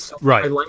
right